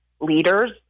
leaders